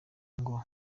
ngo